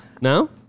no